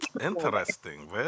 interesting